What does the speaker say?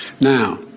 Now